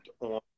on